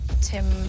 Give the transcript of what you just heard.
tim